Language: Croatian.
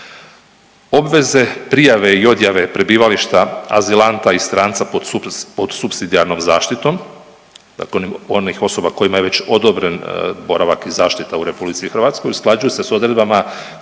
Obveze prijave i odjave prebivališta azilanta i stranca pod supsidijarnom zaštitom. Dakle, onih osoba kojima je već odobren boravak i zaštita u Republici Hrvatskoj usklađuju se sa odredbama